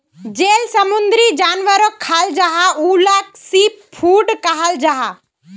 जेल समुंदरी जानवरोक खाल जाहा उलाक सी फ़ूड कहाल जाहा